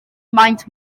maent